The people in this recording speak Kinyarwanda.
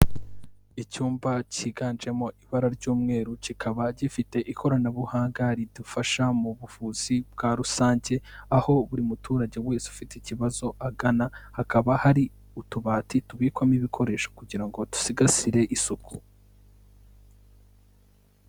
Icyumba cyiganjemo ibara ry'umweru kikaba gifite ikoranabuhanga ridufasha mu buvuzi bwa rusange, aho buri muturage wese ufite ikibazo agana, hakaba hari utubati tubikwamo ibikoresho kugira ngo dusigasire isuku.